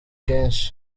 kenshi